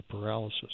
paralysis